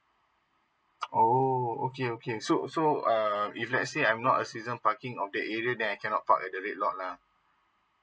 oh okay okay so so err if let's say I'm not a season parking of the area that I cannot quite a lot lah